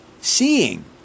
seeing